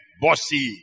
bossy